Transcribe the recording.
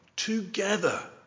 Together